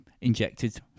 injected